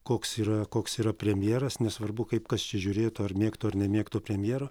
koks yra koks yra premjeras nesvarbu kaip kas čia žiūrėtų ar mėgto ar nemėgto premjero